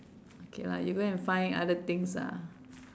okay lah you go and find other things lah